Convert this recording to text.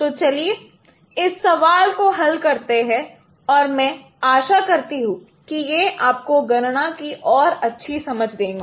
तो चलिए इस सवाल को हल करते हैं और मैं आशा करता हूं कि यह आपको गणना की और अच्छी समझ देगा